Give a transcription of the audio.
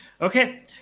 Okay